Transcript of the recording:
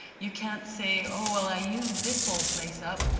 you can't say, oh well, i used this whole place up.